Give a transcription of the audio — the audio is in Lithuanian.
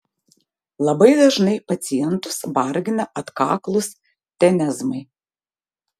labai dažnai pacientus vargina atkaklūs tenezmai